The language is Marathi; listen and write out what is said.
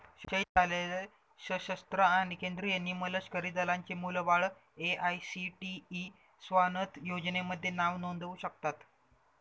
शहीद झालेले सशस्त्र आणि केंद्रीय निमलष्करी दलांचे मुलं बाळं ए.आय.सी.टी.ई स्वानथ योजनेमध्ये नाव नोंदवू शकतात